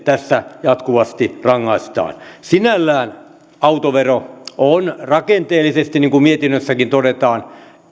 tässä jatkuvasti rangaistaan sinällään autovero on rakenteellisesti niin kuin mietinnössäkin todetaan